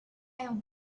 and